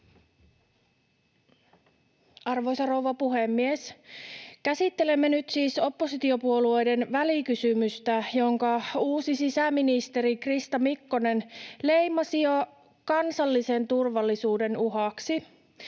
Arvoisa rouva puhemies! Käsittelemme nyt siis oppositiopuolueiden välikysymystä, jonka uusi sisäministeri Krista Mikkonen leimasi jo kansallisen turvallisuuden uhaksi.